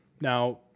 Now